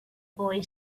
boy